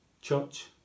Church